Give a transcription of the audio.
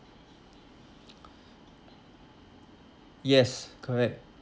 yes correct